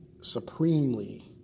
supremely